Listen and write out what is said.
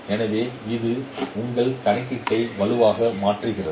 எனவே இது உங்கள் கணக்கீட்டை வலுவாக மாற்றுகிறது